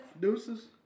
deuces